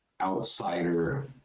outsider